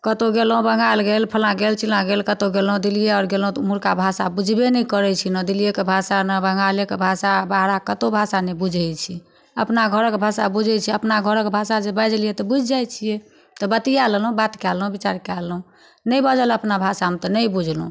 कतहु गेलहुँ बङ्गाल गेल फल्लाँ गेल चिल्लाँ गेल कतहु गेलहुँ दिल्लिए आओर गेलहुँ तऽ ओम्हरका भाषा बुझबे नहि करै छी नहि दिल्लिएके भाषा नहि बङ्गालेके भाषा बाहरके कतहु भाषा नहि बुझै छी अपना घरके भाषा बुझै छिए अपना घरके भाषा जे बाजि लिऔ तऽ बुझि जाइ छिए तऽ बतिआ लेलहुँ बात कऽ लेलहुँ विचार कऽ लेलहुँ नहि बाजल अपना भाषामे तऽ नहि बुझलहुँ